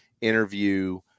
interview